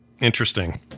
Interesting